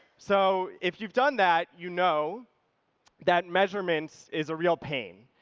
so if you've done that, you know that measurements is a real pain.